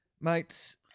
mates